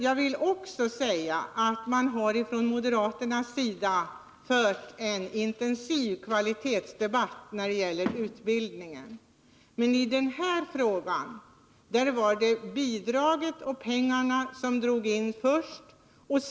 Jag vill också säga att moderaterna har fört en intensiv debatt om utbildningens kvalitet, men att det i den här frågan var pengarna som drogs in först.